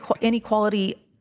inequality